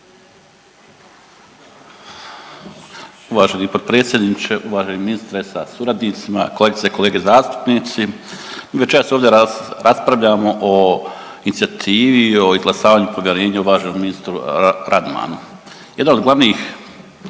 Uvaženi potpredsjedniče, uvaženi ministre sa suradnicima. Kolegice i kolege zastupnici. Večeras ovdje raspravljamo o inicijativi o izglasavanju povjerenja uvaženom ministru Radmanu. Jedna od glavnih